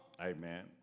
Amen